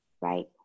Right